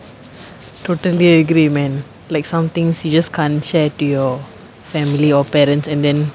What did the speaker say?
totally agree man like some things you just can't share to your family or parents and then